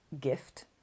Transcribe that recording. gift